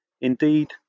Indeed